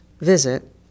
visit